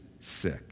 sick